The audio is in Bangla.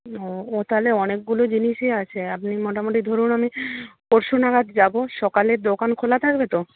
ও ও তাহলে অনেকগুলো জিনিসই আছে আপনি মোটামুটি ধরুন আমি পরশু নাগাদ যাব সকালে দোকান খোলা থাকবে তো